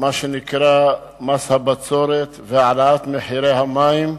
מה שנקרא מס הבצורת ועל העלאת מחירי המים.